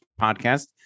Podcast